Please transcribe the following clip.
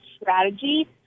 strategy